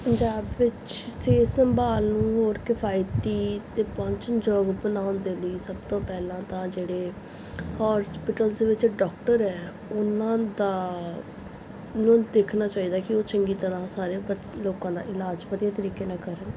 ਪੰਜਾਬ ਵਿੱਚ ਸਿਹਤ ਸੰਭਾਲ ਨੂੰ ਹੋਰ ਕਫਾਇਤੀ ਅਤੇ ਪਹੁੰਚਣਯੋਗ ਬਣਾਉਣ ਦੇ ਲਈ ਸਭ ਤੋਂ ਪਹਿਲਾਂ ਤਾਂ ਜਿਹੜੇ ਹੋਸਪਿਟਲਸ ਵਿੱਚ ਡਾਕਟਰ ਹੈ ਉਹਨਾਂ ਦਾ ਉਹਨਾਂ ਨੂੰ ਦੇਖਣਾ ਚਾਹੀਦਾ ਕਿ ਉਹ ਚੰਗੀ ਤਰ੍ਹਾਂ ਸਾਰੇ ਲੋਕਾਂ ਦਾ ਇਲਾਜ ਵਧੀਆ ਤਰੀਕੇ ਨਾਲ ਕਰਨ